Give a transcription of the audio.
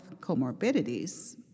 comorbidities